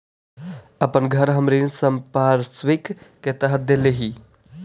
अपन घर हम ऋण संपार्श्विक के तरह देले ही